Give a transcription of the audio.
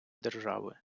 держави